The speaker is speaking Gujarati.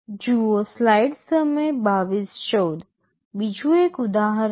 બીજું એક ઉદાહરણ લો